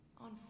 On